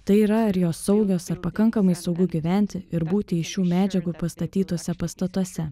tai yra ar jos saugios ar pakankamai saugu gyventi ir būti iš šių medžiagų pastatytuose pastatuose